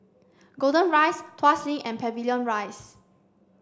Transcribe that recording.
Golden Rise Tuas Link and Pavilion Rise